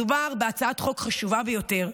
מדובר בהצעת חוק חשובה ביותר,